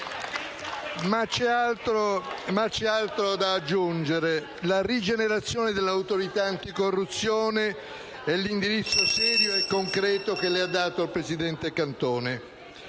Ma c'è altro da aggiungere. La rigenerazione dell'Autorità anticorruzione e l'indirizzo serio e concreto che le ha dato il presidente Cantone.